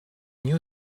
new